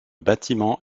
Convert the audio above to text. bâtiment